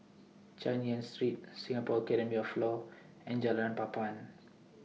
Chay Yan Street Singapore Academy of law and Jalan Papan